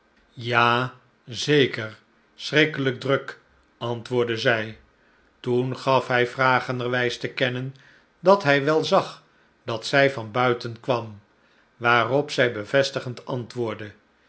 ja zeker schrikkelijk druk antwoordde zij toen gaf hij vragenderwijs te kennen dat hij wel zag dat zij van buiten kwam waarop zij bevestigend antwoordde